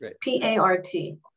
P-A-R-T